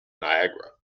niagara